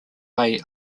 way